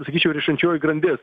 sakyčiau rišančioji grandis